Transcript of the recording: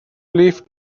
leaf